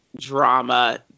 drama